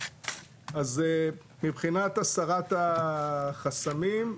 אז מבחינת הסרת החסמים,